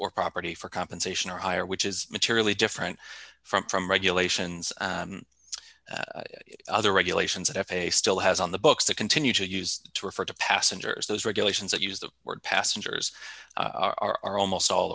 or property for compensation or hire which is materially different from from regulations other regulations that f a a still has on the books that continue to use to refer to passengers those regulations that use the word passengers are almost all